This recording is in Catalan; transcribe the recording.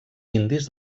indis